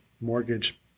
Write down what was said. mortgage